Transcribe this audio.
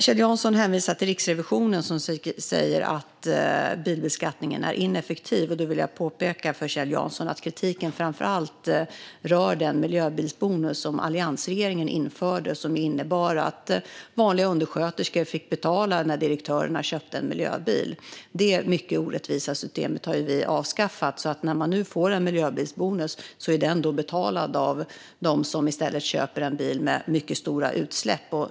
Kjell Jansson hänvisar till Riksrevisionen, som säger att bilbeskattningen är ineffektiv. Då vill jag påpeka för Kjell Jansson att kritiken framför allt rör den miljöbilsbonus som alliansregeringen införde, som innebar att vanliga undersköterskor fick betala när direktörerna köpte en miljöbil. Det mycket orättvisa systemet har vi avskaffat. När man nu får en miljöbilsbonus är den betald av dem som i stället köper en bil med mycket stora utsläpp.